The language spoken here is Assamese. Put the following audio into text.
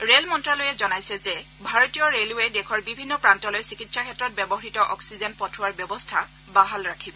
ৰেল মন্ত্যালয়ে জনাইছে যে ভাৰতীয় ৰেলৱেই দেশৰ ভিন্ন প্ৰান্তলৈ চিকিৎসা ক্ষেত্ৰত ব্যৱহৃত অক্সিজেন পঠোৱাৰ ব্যৱস্থা বাহাল ৰাখিব